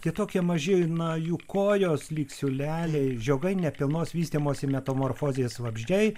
jie tokie maži na jų kojos lyg siūleliai žiogai nepilnos vystymosi metamorfozės vabzdžiai